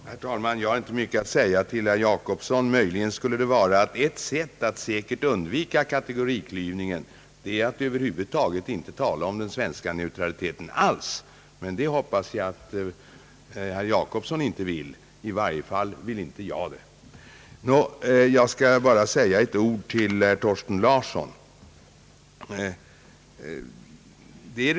Herr talman! Jag har inte mycket att säga till herr Gösta Jacobsson. Möjligen skulle jag kunna säga, att ett sätt att säkert undvika kategoriklyvningen är att helt underlåta att tala om den svenska neutraliteten. Men det hoppas jag att herr Jacobsson inte vill att vi Ang. handelspolitiken skall göra — i varje fall vill inte jag det. Jag skall bara säga några ord till herr Thorsten Larsson.